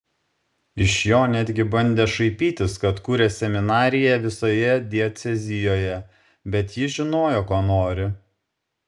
iš jo netgi bandė šaipytis kad kuria seminariją visoje diecezijoje bet jis žinojo ko nori